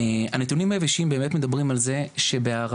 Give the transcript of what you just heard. הנתונים היבשים באמת מדברים על זה שבהערכה,